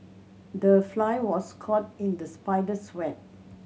the fly was caught in the spider's web